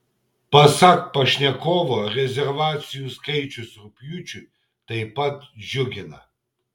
pasak pašnekovo rezervacijų skaičius rugpjūčiui taip pat džiugina